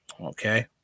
Okay